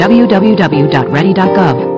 www.ready.gov